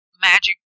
magic